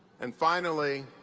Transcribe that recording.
and finally,